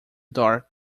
dark